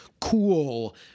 cool